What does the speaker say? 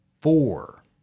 four